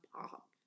pop